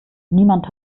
niemand